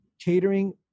catering